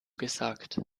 gesagt